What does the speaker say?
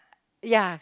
ya